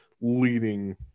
leading